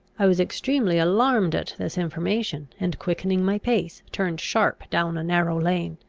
i was extremely alarmed at this information and, quickening my pace, turned sharp down a narrow lane.